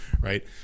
right